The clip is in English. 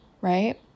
right